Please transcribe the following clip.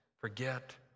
forget